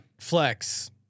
Flex